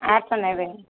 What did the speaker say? arts ନେବେ